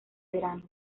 verano